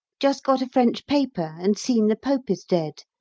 just got a french paper and seen the pope is dead,